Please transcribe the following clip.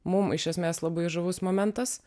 mum iš esmės labai žavus momentas